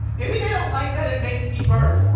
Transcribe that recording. maybe they don't like that it makes me burp